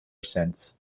since